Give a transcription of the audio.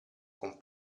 con